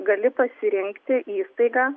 gali pasirinkti įstaigą